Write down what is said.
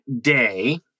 day